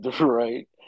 Right